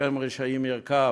שם רשעים ירקב,